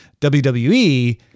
WWE